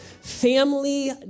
Family